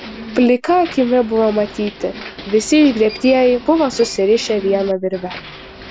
plika akimi buvo matyti visi išgriebtieji buvo susirišę viena virve